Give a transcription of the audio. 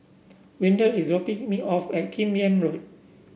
Windell is dropping me off at Kim Yam Road